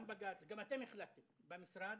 גם בג"ץ, גם אתם החלטתם במשרד.